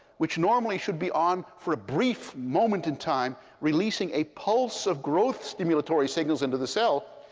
which normally should be on for a brief moment in time, releasing a pulse of growth stimulatory signals into the cell,